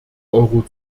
euro